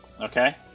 Okay